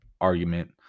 argument